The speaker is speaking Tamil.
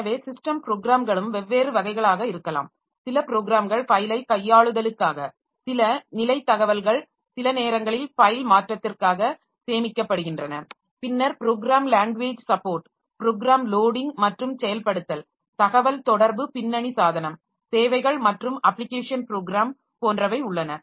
எனவே ஸிஸ்டம் ப்ரோக்ராம்களும் வெவ்வேறு வகைகளாக இருக்கலாம் சில ப்ரோக்ராம்கள் ஃபைலை கையாளுதலுக்காக சில நிலை தகவல்கள் சில நேரங்களில் ஃபைல் மாற்றத்திற்காக சேமிக்கப்படுகின்றன பின்னர் program language support program loading மற்றும் செயல்படுத்தல் தகவல் தொடர்பு பின்னணி சாதனம் சேவைகள் மற்றும் அப்ளிகேஷன் ப்ரோக்ராம் போன்றவை உள்ளன